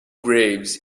graves